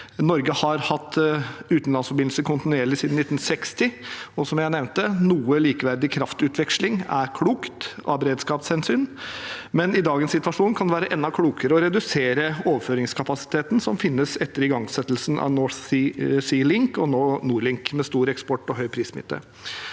Norge har hatt utenlandsforbindelser kontinuerlig siden 1960, og som jeg nevnte, er noe likeverdig kraftutveksling klokt av beredskapshensyn, men i dagens situasjon kan det være enda klokere å redusere overføringskapasiteten som finnes etter igangsettelsen av North Sea Link og nå NordLink med stor eksport og høy prissmitte.